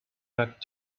back